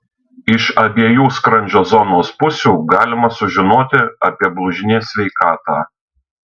iš abiejų skrandžio zonos pusių galima sužinoti apie blužnies sveikatą